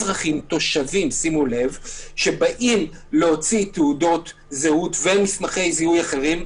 אלא אזרחים שבאים להוציא תעודות זהות ומסמכי זיהוי אחרים,